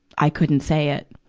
i couldn't say it.